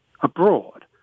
abroad